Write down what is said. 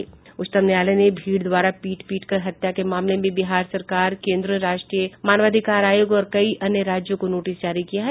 उच्चतम न्यायालय ने भीड़ द्वारा पीट पीटकर हत्या के मामले में बिहार सरकार कोन्द्र राष्ट्रीय मानवाधिकार आयोग और कई अन्य राज्यों को नोटिस जारी किया है